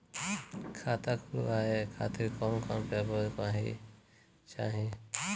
खाता खुलवाए खातिर कौन कौन पेपर चाहीं?